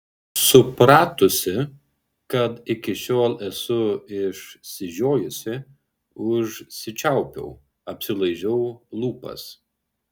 supratusi kad iki šiol esu išsižiojusi užsičiaupiau apsilaižiau lūpas